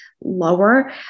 lower